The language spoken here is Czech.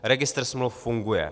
Registr smluv funguje.